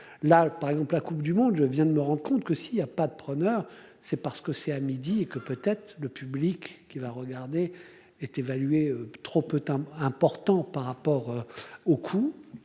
là par exemple la Coupe du monde. Je viens de me rends compte que si il y a pas de preneur, c'est parce que c'est à midi et que peut-être le public qui va regarder est évaluée trop peu timbres important par rapport au coût.